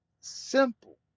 simple